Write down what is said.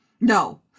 No